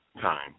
time